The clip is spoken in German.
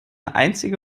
einzige